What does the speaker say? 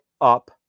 up